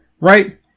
right